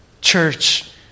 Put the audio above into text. church